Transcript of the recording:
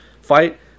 fight